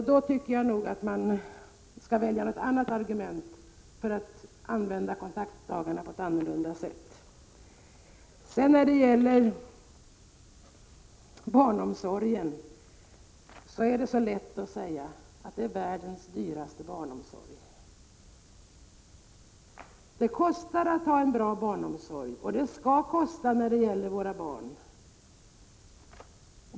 Jag tycker att man skall välja något annat argument för att använda kontaktdagarna på ett annorlunda sätt. Det är så lätt att säga att vi har världens dyraste barnomsorg. Det kostar att 119 ha en bra barnomsorg, och det skall kosta när det gäller våra barn.